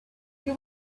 they